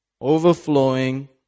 overflowing